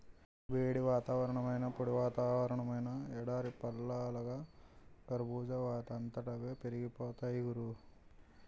వేడి వాతావరణమైనా, పొడి వాతావరణమైనా ఎడారి పళ్ళలాగా కర్బూజా వాటంతట అవే పెరిగిపోతాయ్ గురూ